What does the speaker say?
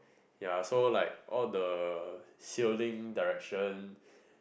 ya so like all the sailing direction